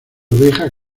oveja